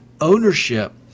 ownership